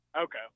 Okay